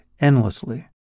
endlessly